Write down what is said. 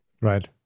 right